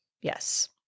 Yes